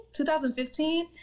2015